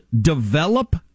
develop